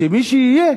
שמי שיהיה